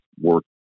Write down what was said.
work